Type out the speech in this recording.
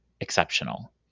exceptional